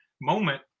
moment